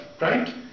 right